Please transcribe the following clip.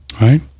Right